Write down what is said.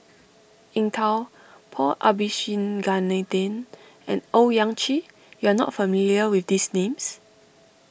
Eng Tow Paul Abisheganaden and Owyang Chi you are not familiar with these names